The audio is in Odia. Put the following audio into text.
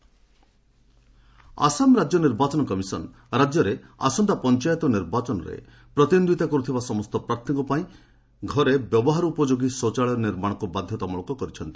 ଆସାମ ପଞ୍ଚାୟତ ପୋଲ୍ ଆସାମ ରାଜ୍ୟ ନିର୍ବାଚନ କମିଶନ ରାଜ୍ୟରେ ଆସନ୍ତା ପଞ୍ଚାୟତ ନିର୍ବାତନରେ ପ୍ରତିଦ୍ୱନ୍ଦିତା କରୁଥିବା ସମସ୍ତ ପ୍ରାର୍ଥୀଙ୍କ ପାଇଁ ଘରେ ବ୍ୟବହାରଯୋଗ୍ୟ ଶୌଚାଳୟ ନିର୍ମାଣକୁ ବାଧ୍ୟତାମୂଳକ କରିଛନ୍ତି